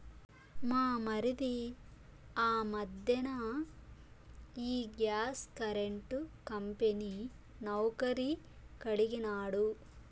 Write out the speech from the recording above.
మా మరిది ఆ మధ్దెన ఈ గ్యాస్ కరెంటు కంపెనీ నౌకరీ కడిగినాడు